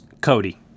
cody